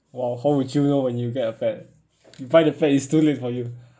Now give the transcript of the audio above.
!wow! how would you know when you get a pet you buy the pet is too late for you